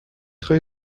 خواهی